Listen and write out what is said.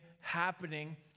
happening